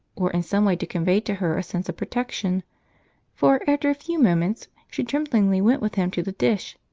or in some way to convey to her a sense of protection for after a few moments she tremblingly went with him to the dish,